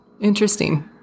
interesting